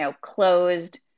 closed